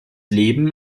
leben